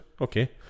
Okay